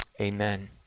Amen